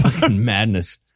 Madness